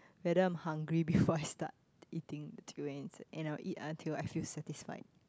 whether I'm hungry before I start eating durians and I'll eat until I feel satisfied